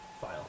file